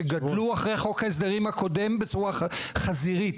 שגדלו אחרי חוק ההסדרים הקודם בצורה חזירית?